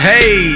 Hey